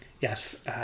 yes